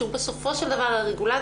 שהוא בסופו של דבר הרגולטור,